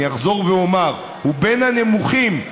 אני אחזור ואומר: הוא בין הנמוכים.